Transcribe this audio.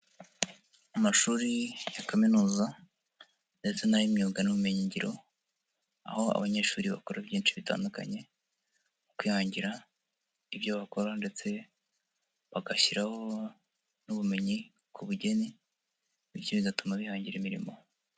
Amashuri ya kaminuza ndetse n'ay'imyuga n'ubumenyingiro. Aho abanyeshuri bakora byinshi bitandukanye. Kwihangira ibyo bakora ndetse bagashyiraho n'ubumenyi ku bugeni, bityo bigatuma bihangira imirimo.